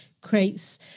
creates